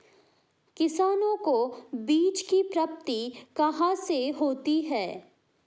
किसानों को बीज की प्राप्ति कहाँ से होती है?